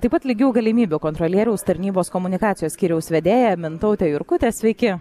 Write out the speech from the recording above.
taip pat lygių galimybių kontrolieriaus tarnybos komunikacijos skyriaus vedėja mintautė jurkutė sveiki